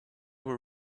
were